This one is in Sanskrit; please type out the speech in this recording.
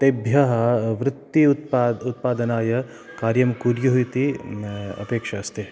तेभ्यः वृत्ति उत् उत्पादनाय कार्यं कुर्युः इति अपेक्षा अस्ति